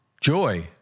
joy